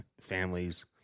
families